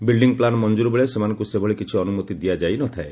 building plan ମଂକୁର ବେଳେ ସେମାନଙ୍ଙୁ ସେଭଳି କିଛି ଅନୁମତି ଦିଆଯାଇ ନଥାଏ